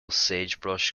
sagebrush